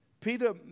Peter